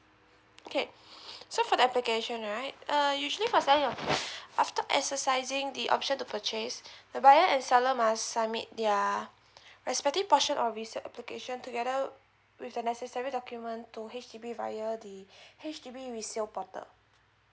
okay so for the application right uh usually for selling your flat after exercising the option to purchase the buyer and seller must submit their respective portion of resale application together with the necessary documents to H_D_B via the H_D_B resale portal